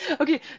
Okay